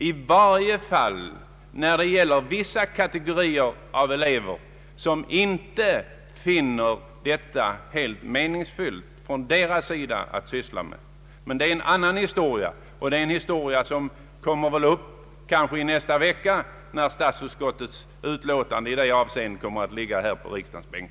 I varje fall finner vissa kategorier av elever det inte meningsfullt med så mycket av teoretisk undervisning. Men det är egentligen en annan historia, och den kommer kanske upp nästa vecka när statsutskottets utlåtande därom ligger på riksdagens bord.